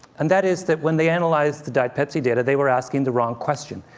and that is, that when they analyzed the diet pepsi data, they were asking the wrong question.